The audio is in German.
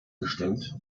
gestimmt